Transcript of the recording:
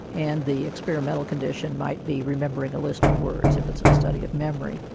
and the experimental condition might be remembering a list of words if it's a study of memory.